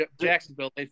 Jacksonville